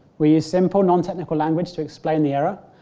we use simple non technical language to explain the error.